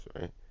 right